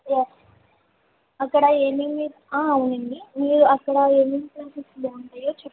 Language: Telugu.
ఎస్ అక్కడ ఏమేమి అవునండి మీరు అక్కడ ఏమేం ప్లేసెస్ బావుంటాయో చెప్పండి